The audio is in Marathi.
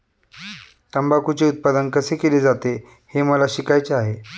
तंबाखूचे उत्पादन कसे केले जाते हे मला शिकायचे आहे